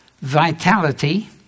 vitality